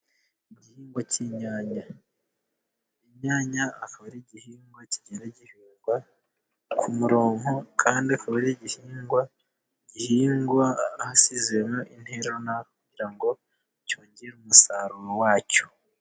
Igihingwa cy'inyanya, inyanya akaba ari igihingwa kigenda gihingwa ku muronko, kandi akaba ari igihingwa gihingwa ahasizemo intera kugira ngo cyongere umusaruro wacyo.